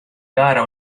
gara